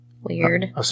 Weird